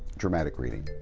dramatic reading